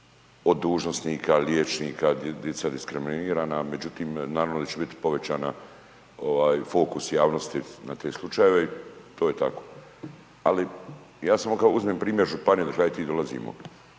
od dužnosnika, liječnika dica diskriminirana, međutim, naravno da će biti povećana fokus javnosti na te slučajeve i to je tako. Ali, ja samo kad uzmem primjer županije odakle ja i ti dolazimo,